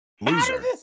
loser